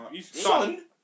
Son